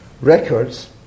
records